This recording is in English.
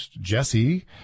Jesse